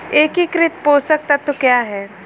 एकीकृत पोषक तत्व क्या है?